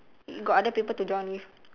got other people to join with